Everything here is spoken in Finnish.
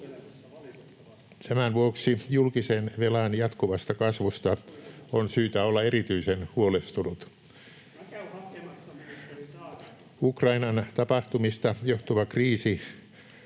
Tämän vuoksi julkisen velan jatkuvasta kasvusta on syytä olla erityisen huolestunut. [Ben Zyskowicz: Minä